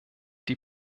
die